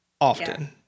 often